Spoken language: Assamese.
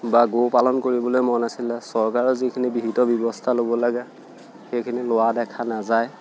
বা গো পালন কৰিবলৈ মন আছিলে চৰকাৰৰ যিখিনি বিহিত ব্যৱস্থা ল'ব লাগে সেইখিনি লোৱা দেখা নাযায়